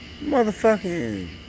motherfucking